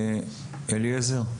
אליעזר,